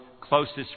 closest